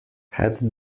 had